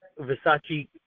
Versace